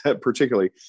particularly